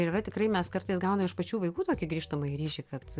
ir yra tikrai mes kartais gaunam iš pačių vaikų tokį grįžtamąjį ryšį kad